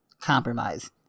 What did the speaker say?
compromise